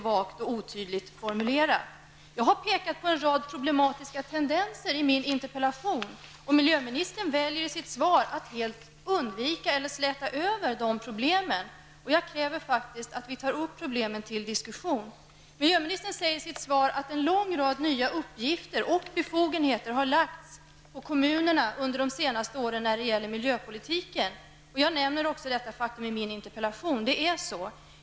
Jag har i min interpellation pekat på en rad problematiska tendenser, men miljöministern väljer att i sitt svar helt undvika eller släta över de problemen. Jag kräver faktiskt att vi tar upp problemen till diskussion. Miljöministern säger i sitt svar att en lång rad nya uppgifter och befogenheter när det gäller miljöpolitiken har lagts på kommunerna under de senaste åren. Detta faktum nämner jag också i min interpellation.